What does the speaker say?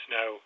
no